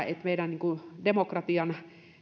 että meidän demokratian